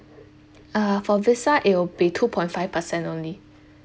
uh for visa it will be two point five percent only